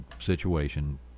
situation